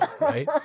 right